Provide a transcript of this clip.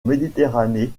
méditerranée